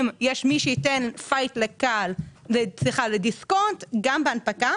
אם יש מי שייתן פייט לדיסקונט גם בהנפקה